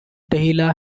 dahlia